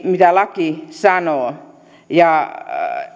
mitä laki sanoo